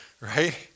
right